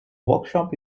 workshop